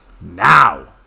Now